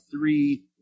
three